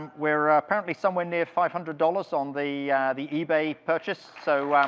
um we're apparently somewhere near five hundred dollars on the the ebay purchase, so